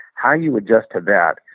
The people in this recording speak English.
how you adjust to that,